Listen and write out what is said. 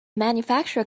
manufacturer